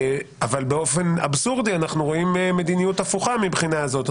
באופן אבסורדי אנחנו רואים מדיניות הפוכה מבחינה זאת.